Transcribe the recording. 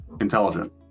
intelligent